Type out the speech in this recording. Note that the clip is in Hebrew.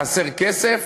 חסר כסף?